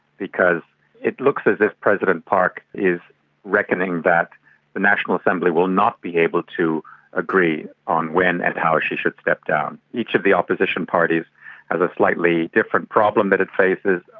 because it looks as if president park is reckoning that the national assembly will not be able to agree on when and how she should step down. each of the opposition parties has a slightly different problem that it faces.